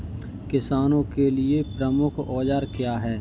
किसानों के लिए प्रमुख औजार क्या हैं?